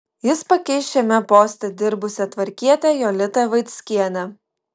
jis pakeis šiame poste dirbusią tvarkietę jolitą vaickienę